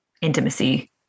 intimacy